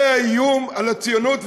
זה האיום על הציונות והחקלאות,